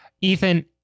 Ethan